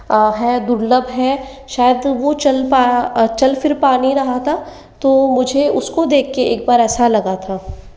है दुर्लभ है शायद वो चल फिर पा नहीं रहा था तो मुझे उसको देख के एक बार ऐसा लग था